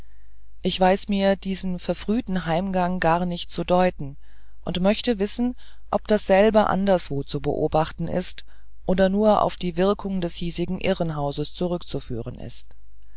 ich weiß mir diesen verfrühten heimgang gar nicht zu deuten und möchte wissen ob dasselbe anderswo zu beobachten ist oder nur auf die wirkung des hiesigen irrenhauses zurückzuführen ist